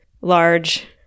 large